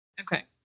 Okay